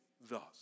thus